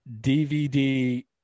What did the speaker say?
DVD